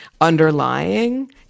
underlying